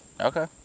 Okay